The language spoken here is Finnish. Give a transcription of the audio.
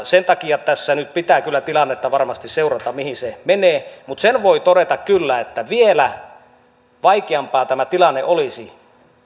sen takia tässä nyt pitää kyllä tilannetta varmasti seurata mihin se menee mutta sen voi todeta kyllä että vielä vaikeampi tämä tilanne olisi